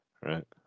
right